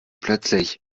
plötzlich